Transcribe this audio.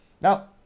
Now